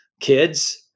kids